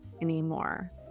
anymore